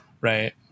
Right